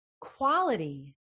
Quality